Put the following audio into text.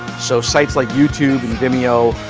so sites like youtube and vimeo,